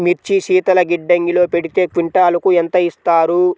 మిర్చి శీతల గిడ్డంగిలో పెడితే క్వింటాలుకు ఎంత ఇస్తారు?